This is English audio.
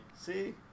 see